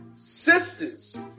sisters